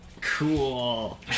Cool